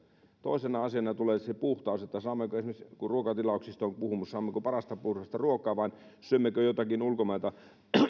toisena asiana tulee puhtaus kun esimerkiksi ruokatilauksista on kysymys saammeko parasta puhdasta ruokaa vai syömmekö ehkä joitakin ulkomailta